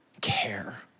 Care